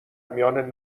میان